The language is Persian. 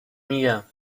میگم